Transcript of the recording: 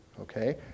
Okay